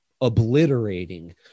obliterating